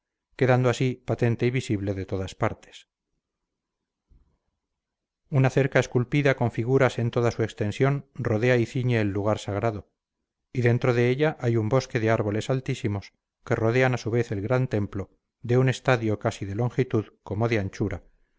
quedando así patente y visible de todas partes una cerca esculpida con figuras en toda su extensión rodea y ciñe el lugar sagrado y dentro de ella hay un bosque de árboles altísimos que rodean a su vez el gran templo de un estadio así de longitud como de anchura